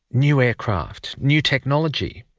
new aircraft, new technology?